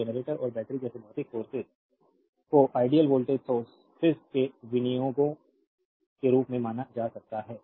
तो जनरेटर और बैटरी जैसे भौतिक सोर्सेज को आइडियल वोल्टेज सोर्सेज के विनियोगों के रूप में माना जा सकता है